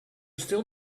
still